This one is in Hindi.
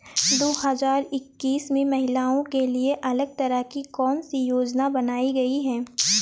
दो हजार इक्कीस में महिलाओं के लिए अलग तरह की कौन सी योजना बनाई गई है?